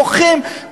מוחים,